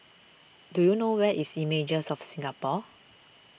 do you know where is Images of Singapore